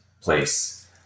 place